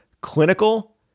clinical